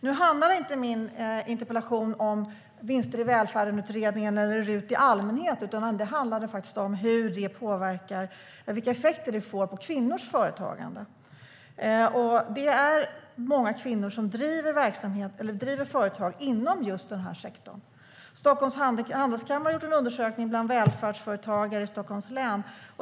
Nu handlade inte min interpellation om utredningen om vinster i välfärden eller om RUT i allmänhet utan om vilka effekter detta får på kvinnors företagande. Det är många kvinnor som driver företag inom just den här sektorn. Stockholms handelskammare har gjort en undersökning bland välfärdsföretagare i Stockholms län.